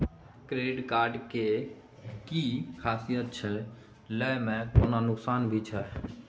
Credit card के कि खासियत छै, लय में कोनो नुकसान भी छै?